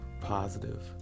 positive